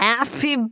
Happy